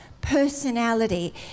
personality